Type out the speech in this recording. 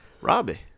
Robbie